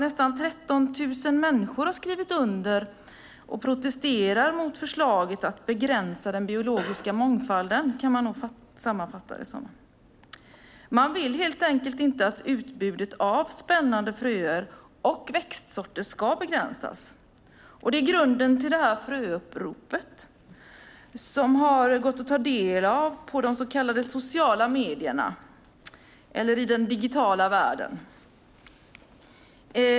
Nästan 13 000 människor har skrivit under detta, och protesterar mot förslaget att begränsa den biologiska mångfalden. Så kan man nog sammanfatta det. Man vill helt enkelt inte att utbudet av spännande fröer och växtsorter ska begränsas. Det är grunden till fröuppropet, som har gått att ta del av i de så kallade sociala medierna eller i den digitala världen.